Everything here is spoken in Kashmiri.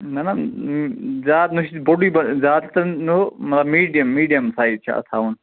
نہَ نہَ زیادٕ نَے چھُنہٕ بوٚڈُے زیادٕ تہٕ نہٕ مطلب میٖڈِیم میٖڈِیم سایِز چھُ اتھ تھاوُن